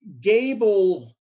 Gable